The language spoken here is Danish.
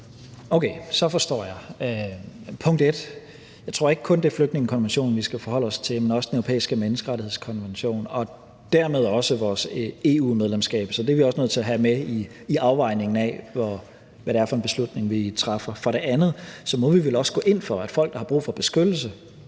Okay, så forstår jeg det. For det første tror jeg ikke kun, det er flygtningekonventionen, vi skal forholde os til, men også Den Europæiske Menneskerettighedskonvention og dermed også vores EU-medlemskab. Så det er vi også nødt til at have med i afvejningen af, hvad det er for en beslutning, vi træffer. For det andet må vi vel også gå ind for, at folk, der har brug for beskyttelse